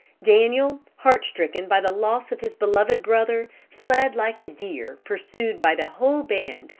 daniel, heart-stricken by the loss of his beloved brother, fled like a deer, pursued by the whole band,